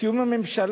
בתיאום עם הממשלה,